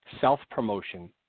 self-promotion